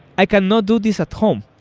i cannot do this at home,